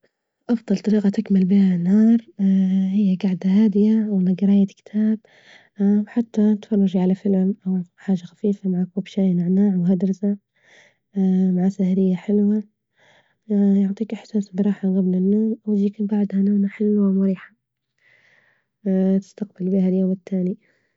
أفضل طريقة تكمل بها نهار هي جعدة هادية ولا جراية كتاب أو حتى نتفرج على فيلم أو حاجة خفيفة مع كوب شاي نعناع وهدرزة مع سهرية حلوة، يعطيك إحساس براحة جبل النوم ويجيك بعدها نومة حلوة مريحة، تستقبل بيها اليوم التاني.